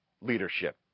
leadership